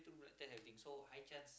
blood test everything so high chance